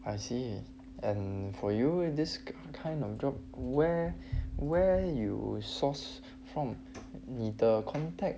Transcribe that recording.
I see and for you in this kind of job where where you source from 你的 contact